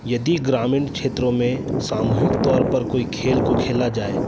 यदि ग्रामीण क्षेत्रों में सामूहिक तौर पर कोई खेल को खेला जाए